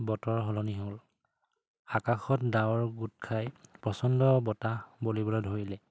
বতৰ সলনি হ'ল আকাশত ডাৱৰ গোট খাই প্ৰচণ্ড বতাহ বলিবলৈ ধৰিলে